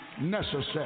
necessary